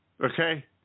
okay